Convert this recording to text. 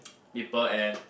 people and